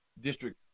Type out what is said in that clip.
district